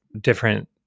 different